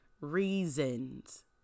reasons